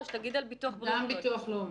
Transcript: גם ביטוח לאומי.